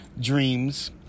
dreams